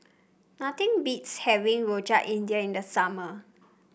nothing beats having Rojak India in the summer